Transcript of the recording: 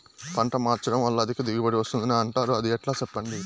పంట మార్చడం వల్ల అధిక దిగుబడి వస్తుందని అంటారు అది ఎట్లా సెప్పండి